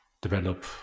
develop